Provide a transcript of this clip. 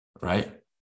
right